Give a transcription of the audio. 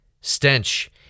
stench